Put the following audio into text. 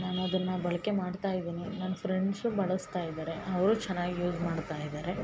ನಾನು ಅದನ್ನ ಬಳಕೆ ಮಾಡ್ತಾ ಇದ್ದೀನಿ ನನ್ನ ಫ್ರೆಂಡ್ಸು ಬಳಸ್ತಾ ಇದ್ದಾರೆ ಅವರು ಚೆನ್ನಾಗಿ ಯೂಸ್ ಮಾಡ್ತಾ ಇದ್ದಾರೆ